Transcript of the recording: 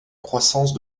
croissance